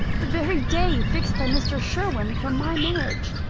the very day fixed by mr. sherwin for my marriage!